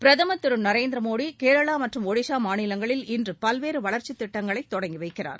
பிரதம் திரு நரேந்திர மோடி கேரளா மற்றும் ஒடிசா மாநிலங்களில் இன்று பல்வேறு வளா்ச்சித் திட்டங்களை தொடங்கி வைக்கிறார்